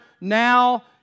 now